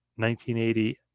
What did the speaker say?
1980